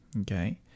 okay